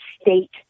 state